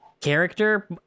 character